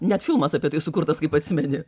net filmas apie tai sukurtas kaip atsimeni